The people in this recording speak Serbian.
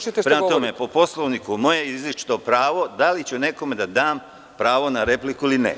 Prema tome, po Poslovniku, moje je izričito pravo da li ću nekome da dam pravo na repliku ili ne.